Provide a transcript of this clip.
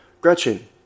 Gretchen